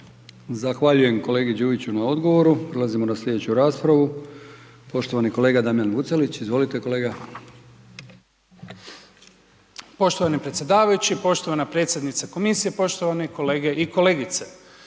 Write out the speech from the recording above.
Zahvaljujem kolegi Đujiću na odgovoru. Prelazimo na sljedeću raspravu. Poštovani kolega Damjan Vucelić. Izvolite kolega. **Vucelić, Damjan (Živi zid)** Poštovani predsjedavajući, poštovana predsjednice komisije, poštovane kolegice i kolege.